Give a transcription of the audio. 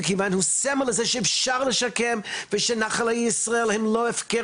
מכיוון שהמקום הזה הוא סמל לזה שאפשר לשקם ושנחלי ישראל הם לא הפקר